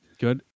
Good